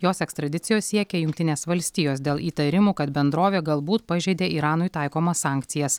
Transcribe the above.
jos ekstradicijos siekė jungtinės valstijos dėl įtarimų kad bendrovė galbūt pažeidė iranui taikomas sankcijas